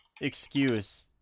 excuse